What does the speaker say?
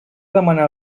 demanar